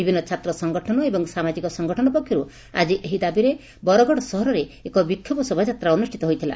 ବିଭିନ୍ ଛାତ୍ର ସଂଗଠନ ଏବଂ ସାମାଜିକ ସଂଗଠନ ପକ୍ଷର୍ ଆକି ଏହି ଦାବିରେ ବରଗଡ଼ ସହରରେ ଏକ ବିକ୍ଷୋଭ ଶୋଭାଯାତ୍ରା ଅନୁଷ୍ପିତ ହୋଇଥିଲା